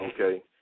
Okay